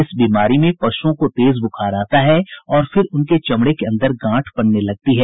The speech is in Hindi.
इस बीमारी में पशुओं को तेज बुखार आता है और फिर उनके चमड़े के अंदर गांठ बनने लगती है